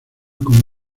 con